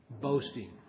boasting